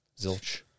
zilch